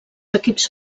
equips